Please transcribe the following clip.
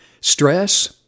Stress